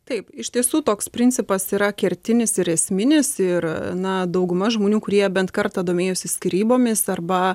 taip iš tiesų toks principas yra kertinis ir esminis ir na dauguma žmonių kurie bent kartą domėjosi skyrybomis arba